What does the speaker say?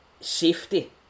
safety